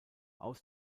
aus